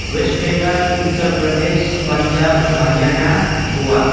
West Bengal Uttar Pradesh Punjab Haryana Goa